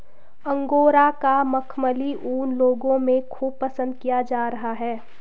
angora का मखमली ऊन लोगों में खूब पसंद किया जा रहा है